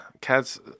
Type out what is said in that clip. cats